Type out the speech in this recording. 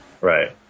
Right